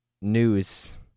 news